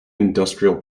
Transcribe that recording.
industrial